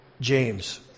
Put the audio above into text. James